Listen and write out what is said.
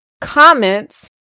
comments